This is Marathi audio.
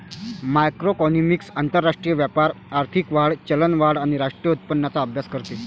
मॅक्रोइकॉनॉमिक्स आंतरराष्ट्रीय व्यापार, आर्थिक वाढ, चलनवाढ आणि राष्ट्रीय उत्पन्नाचा अभ्यास करते